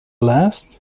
last